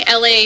LA